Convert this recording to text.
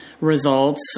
results